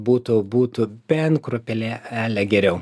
būtų būtų bent kruopele ele geriau